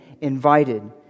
invited